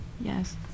Yes